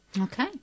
Okay